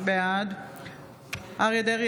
אינו נוכח אריה מכלוף דרעי,